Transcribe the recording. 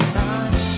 time